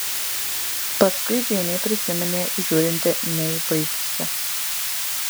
paskui džeinė prisiminė žiūrinti ne į vaikiščią